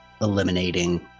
eliminating